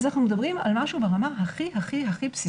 אנחנו מדברים על משהו ברמה הכי בסיסית: